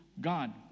God